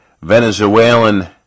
Venezuelan